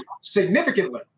significantly